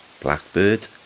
Blackbird